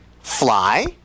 Fly